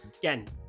again